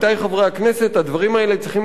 הדברים האלה צריכים להיעשות בזהירות.